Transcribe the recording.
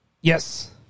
Yes